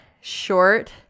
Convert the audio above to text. short